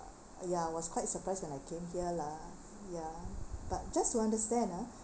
ya I was quite surprise when I came here lah ya but just to understand ah